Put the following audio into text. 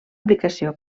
aplicació